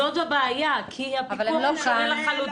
זאת הבעיה, כי הפיקוח הוא שונה לחלוטין.